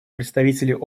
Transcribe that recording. представителей